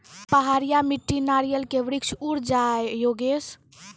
पहाड़िया मिट्टी नारियल के वृक्ष उड़ जाय योगेश?